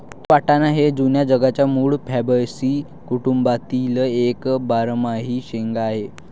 तूर वाटाणा हे जुन्या जगाच्या मूळ फॅबॅसी कुटुंबातील एक बारमाही शेंगा आहे